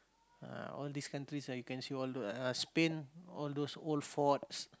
ah all these countries that you can see all those ah Spain all those old forts